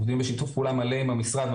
עובדים בשיתוף פעולה מלא עם המשרד.